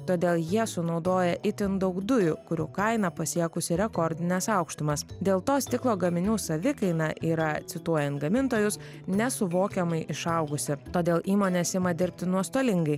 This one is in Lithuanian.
todėl jie sunaudoja itin daug dujų kurių kaina pasiekusi rekordines aukštumas dėl to stiklo gaminių savikaina yra cituojant gamintojus nesuvokiamai išaugusi todėl įmonės ima dirbti nuostolingai